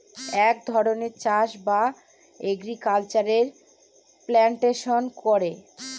এক ধরনের চাষ বা এগ্রিকালচারে প্লান্টেশন করে